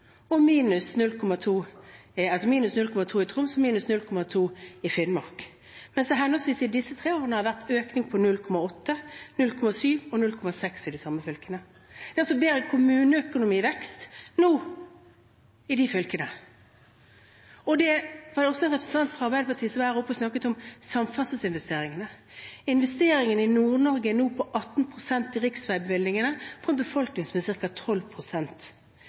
og minus 0,2 i Finnmark, mens det i disse tre årene har vært økning på henholdsvis 0,8, 0,7 og 0,6 i de samme fylkene. Så det blir kommuneøkonomivekst nå i disse fylkene. Det var også en representant fra Arbeiderpartiet som var oppe og snakket om samferdselsinvesteringene. Investeringene i Nord-Norge er nå på 18 pst. når det gjelder riksveibevilgninger, med en befolkning